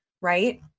Right